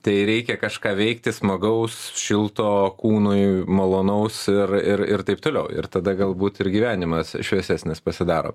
tai reikia kažką veikti smagaus šilto kūnui malonaus ir ir ir taip toliau ir tada galbūt ir gyvenimas šviesesnis pasidaro